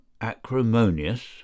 acrimonious